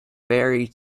vary